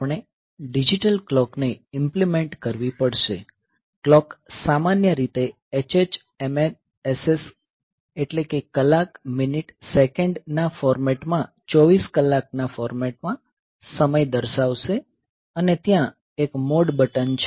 આપણે ડિજિટલ ક્લોકને ઇંપ્લીમેંટ કરવી પડશે ક્લોક સામાન્ય રીતે hh mm ss કલાક મિનિટ સેકન્ડ ફોર્મેટમાં 24 કલાકના ફોર્મેટમાં સમય દર્શાવશે અને ત્યાં એક મોડ બટન છે